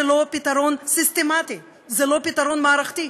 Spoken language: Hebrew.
זה לא פתרון סיסטמטי, זה לא פתרון מערכתי.